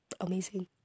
amazing